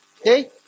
Okay